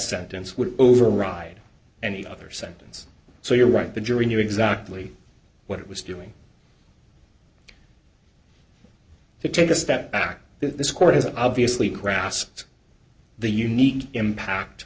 sentence would override any other sentence so you're right the jury knew exactly what it was doing to take a step back this court has obviously grasped the unique impact